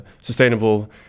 sustainable